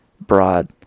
broad